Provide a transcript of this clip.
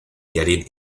getting